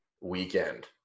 weekend